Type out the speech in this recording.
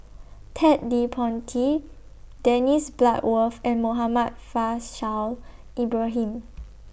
Ted De Ponti Dennis Bloodworth and Muhammad Faishal Ibrahim